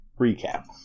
recap